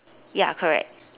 ya correct